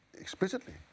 explicitly